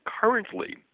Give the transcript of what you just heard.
currently